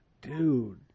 Dude